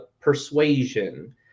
persuasion